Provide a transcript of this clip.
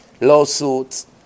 lawsuits